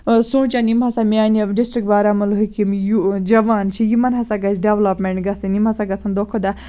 سونٛچان یِم ہَسا میانہِ ڈِسٹرک بارہمولہٕکۍ یِم یوٗ جَوان چھِ یِمَن ہَسا گَژھِ ڈیٚولَپمنٹ گَژھٕنۍ یِم ہَسا گَژھَن دۄہ کھۄتہٕ دۄہ